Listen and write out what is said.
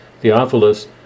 Theophilus